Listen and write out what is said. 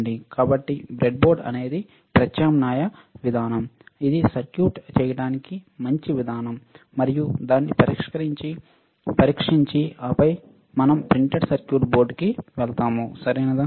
కాబట్టి బ్రెడ్బోర్డ్ అనేది ప్రత్యామ్నాయ విధానం ఇది సర్క్యూట్ చేయడానికి మంచి విధానం మరియు దాన్ని పరీక్షించి ఆపై మేము ప్రింటెడ్ సర్క్యూట్ బోర్డ్కి వెళ్తాము సరియైనదా